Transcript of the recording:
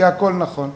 כי הכול נכון.